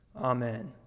amen